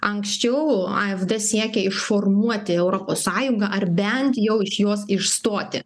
anksčiau afd siekė išformuoti europos sąjungą ar bent jau iš jos išstoti